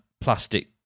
plastic